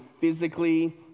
physically